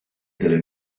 delle